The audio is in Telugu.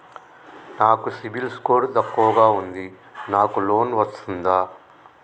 నాకు సిబిల్ తక్కువ ఉంది నాకు లోన్ వస్తుందా?